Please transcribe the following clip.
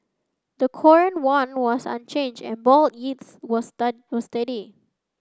the Korean won was unchanged and bond were steady